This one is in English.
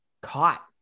caught